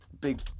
big